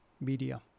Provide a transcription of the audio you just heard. media